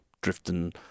drifting